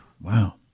Wow